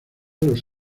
los